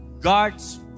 God's